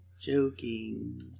joking